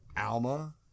Alma